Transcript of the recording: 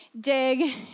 dig